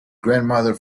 grandmother